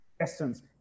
essence